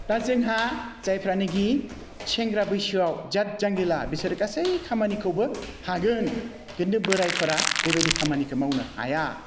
दा जोंहा जायफ्रानिकि सेंग्रा बैसोआव जात जांगिला बिसोरो गासै खामानिखौबो हागोन किन्तु बोरायफोरा बेबायदि खामानिखौ मावनो हाया